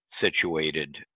situated